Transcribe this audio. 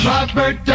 Robert